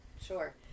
Sure